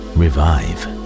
revive